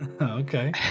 Okay